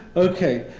ok.